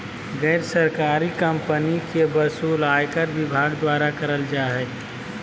गैर सरकारी कम्पनी के वसूली आयकर विभाग द्वारा करल जा हय